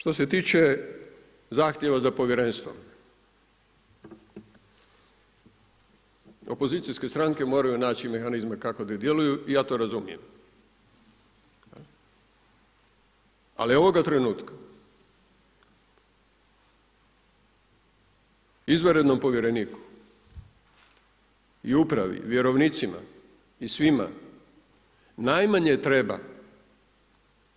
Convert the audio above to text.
Što se tiče zahtjeva za povjerenstvo, opozicijske stranke moraju naći mehanizme kako da djeluju i ja to razumijem, ali ovoga trenutka izvanrednom povjereniku i upravi, vjerovnicima i svima najmanje treba